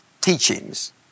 teachings